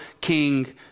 King